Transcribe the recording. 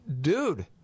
Dude